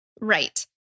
Right